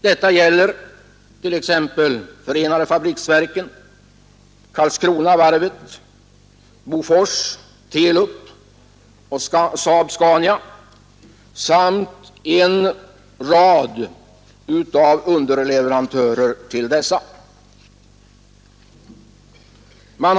Detta gäller t.ex. förenade fabriksverken, Karlskronaverket, Bofors, Telub och Saab-Scania samt en rad av underleverantörer till dessa företag.